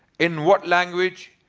in what language,